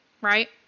Right